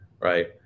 Right